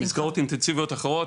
ומסגרות אינטנסיביות אחרות,